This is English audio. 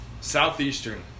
Southeastern